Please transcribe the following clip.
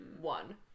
One